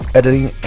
editing